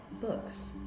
Books